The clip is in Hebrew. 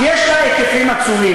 כי יש לה היקפים עצומים.